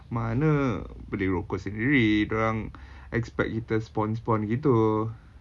mana beli rokok sendiri dia orang expect kita spon~ spon~ gitu